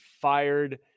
fired –